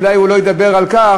אולי הוא לא ידבר על כך,